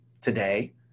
today